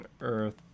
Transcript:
Earth